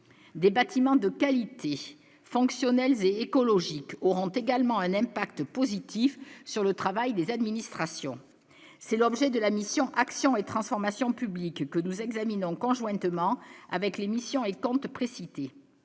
des bâtiments de qualité fonctionnelles écologique auront également un impact positif sur le travail des administrations c'est l'objet de la mission action et transformation publiques que nous examinons conjointement avec l'émission compte cette